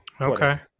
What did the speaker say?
Okay